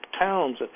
towns